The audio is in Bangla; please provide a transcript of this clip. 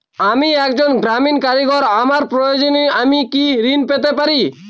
আমি একজন গ্রামীণ কারিগর আমার প্রয়োজনৃ আমি কি ঋণ পেতে পারি?